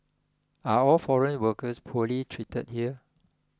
are all foreign workers poorly treated here